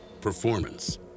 performance